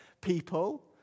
people